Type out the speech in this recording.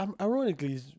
ironically